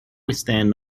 withstand